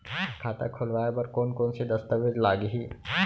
खाता खोलवाय बर कोन कोन से दस्तावेज लागही?